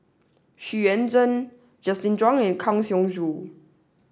Xu Yuan Zhen Justin Zhuang and Kang Siong Joo